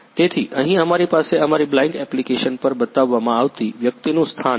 તેથી અહીં અમારી પાસે અમારી બ્લાઇન્ક એપ્લિકેશન પર બતાવવામાં આવતી વ્યક્તિનું સ્થાન છે